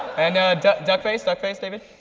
and duck duck face duck face, david.